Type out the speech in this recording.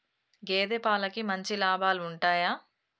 గేదే పాలకి మంచి లాభాలు ఉంటయా?